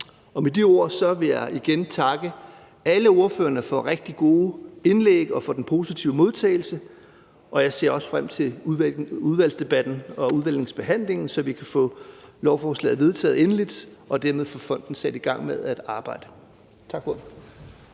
Med de ord vil jeg igen takke alle ordførerne for rigtig gode indlæg og for den positive modtagelse, og jeg ser også frem til udvalgsdebatten og udvalgsbehandlingen, så vi kan få lovforslaget vedtaget endeligt og dermed få fonden sat i gang med at arbejde. Tak for